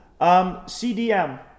CDM